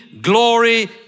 glory